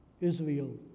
Israel